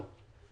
להרגיע אותך, לא